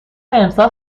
امسال